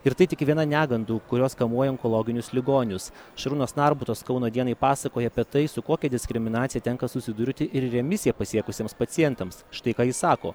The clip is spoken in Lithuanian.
ir tai tik viena negandų kurios kamuoja onkologinius ligonius šarūnas narbutas kauno dienai pasakoja apie tai su kokia diskriminacija tenka susidurti ir remisiją pasiekusiems pacientams štai ką ji sako